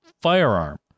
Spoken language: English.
firearm